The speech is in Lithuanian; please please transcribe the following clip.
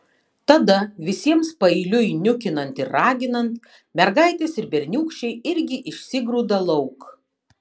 tada visiems paeiliui niukinant ir raginant mergaitės ir berniūkščiai irgi išsigrūda lauk